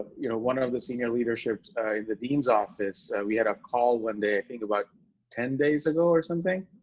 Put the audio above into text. you know, one of the senior leadership in the dean's office, we had a call one day, i think about ten days ago or something,